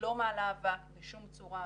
היא לא מעלה אבק בשום צורה,